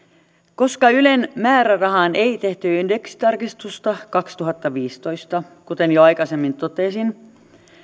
koska ylen määrärahaan ei tehty indeksitarkistusta kaksituhattaviisitoista kuten jo aikaisemmin totesin